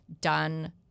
done